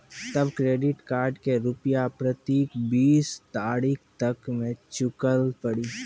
तब credit card के रूपिया प्रतीक बीस तारीख तक मे चुकल पड़ी?